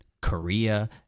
Korea